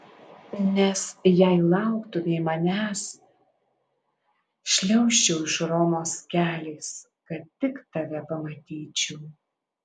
nes jei lauktumei manęs šliaužčiau iš romos keliais kad tik tave pamatyčiau